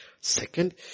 Second